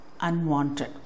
unwanted